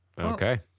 Okay